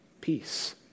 peace